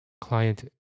client